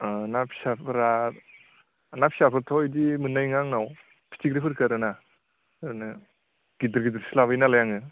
ना फिसाफोरा ना फिसाफोरथ' बिदि मोननाय नङा आंनाव फिथिख्रिफोरखौ आरोना मा होनो गिदिर गिदिरसो लाबोयो नालाय आङो